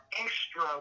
extra